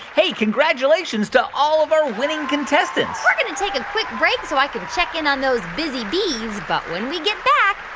hey, congratulations to all of our winning contestants we're going to take a quick break so i can check in on those busy bees. but when we get back,